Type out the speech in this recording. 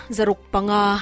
Zarukpanga